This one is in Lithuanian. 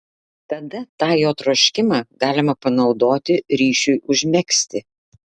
tada tą jo troškimą galima panaudoti ryšiui užmegzti